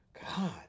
God